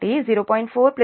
2 కాబట్టి 0